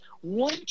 one